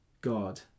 God